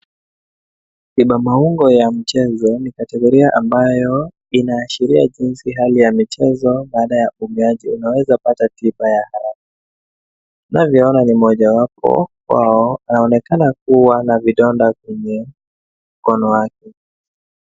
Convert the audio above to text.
Tiba maungo ya mchezo ni kategoria ambayo inaashiria jinsi hali ya michezo baada ya ugaaji unaweza pata tiba ya haraka. Unavyoona ni mojawapo wao anaonekana kuwa na vidonda kwenye mkono wake.